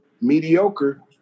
mediocre